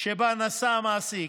שבה נשא המעסיק